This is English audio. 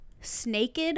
snaked